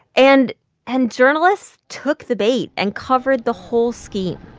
and and journalists took the bait and covered the whole scheme